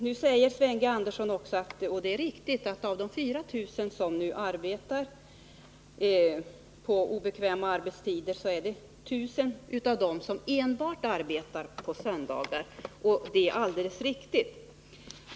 Nu säger Sven G. Andersson att av de 4 000 anställda som nu arbetar på obekväma arbetstider är det I 000 som enbart arbetar på söndagar, och det är alldeles riktigt.